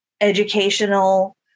educational